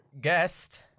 guest